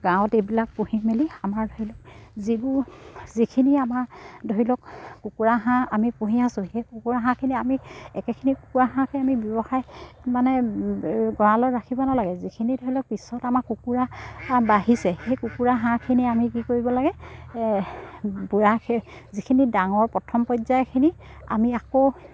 গাঁৱত এইবিলাক পুহি মেলি আমাৰ ধৰি লওক যিবোৰ যিখিনি আমাৰ ধৰি লওক কুকুৰা হাঁহ আমি পুহি আছো সেই কুকুৰা হাঁহখিনি আমি একেখিনি কুকুৰা হাঁহকে আমি ব্যৱসায় মানে গঁৰালত ৰাখিব নালাগে যিখিনি ধৰি লওক পিছত আমাৰ কুকুৰা বাঢ়িছে সেই কুকুৰা হাঁহখিনি আমি কি কৰিব লাগে বঢ়া যিখিনি ডাঙৰ প্ৰথম পৰ্যায়খিনি আমি আকৌ